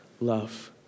love